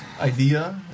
idea